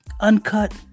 Uncut